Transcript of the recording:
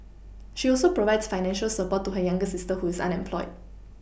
she also provides financial support to her younger sister who is unemployed